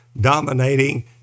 dominating